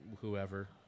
whoever